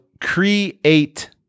create-